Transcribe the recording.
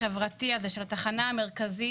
חברתי הזה של התחנה המרכזית,